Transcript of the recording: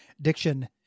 diction